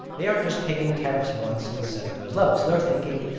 they aren't just picking tariffs once and setting those levels. they're thinking,